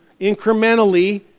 incrementally